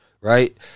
Right